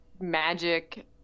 magic